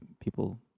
people